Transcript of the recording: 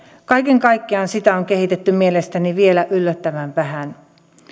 kaiken kaikkiaan sitä on kehitetty mielestäni vielä yllättävän vähän